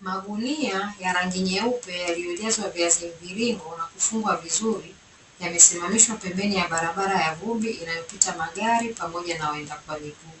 Magunia ya rangi nyeupe yaliyojazwa vizi mviringo na kufungwa vizuri, yamesimamishwa pembeni ya barabara ya vumbi inayopita magari pamoja na waenda kwa miguu,